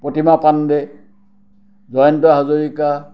Pratima Pandey Jayanta Hazarika